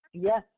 Yes